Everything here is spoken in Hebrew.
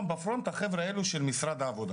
החבר'ה האלה של משרד העבודה